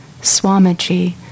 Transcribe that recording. Swamiji